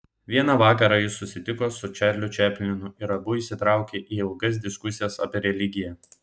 vieną vakarą jis susitiko su čarliu čaplinu ir abu įsitraukė į ilgas diskusijas apie religiją